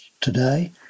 today